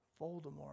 Voldemort